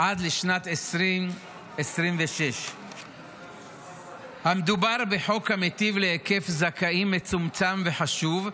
עד לשנת 2026. מדובר בחוק המיטיב להיקף זכאים מצומצם וחשוב,